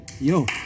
yo